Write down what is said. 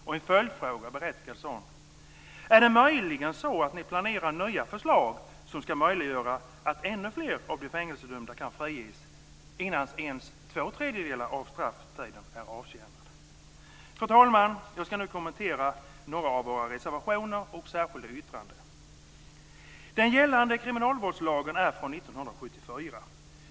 Och så en berättigad följdfråga: Är det möjligen så att ni planerar nya förslag som ska möjliggöra att ännu fler av de fängelsedömda kan friges innan ens två tredjedelar av strafftiden är avtjänad? Fru talman! Jag ska nu kommentera några av våra reservationer och särskilda yttranden. Den gällande kriminalvårdslagen är från 1974.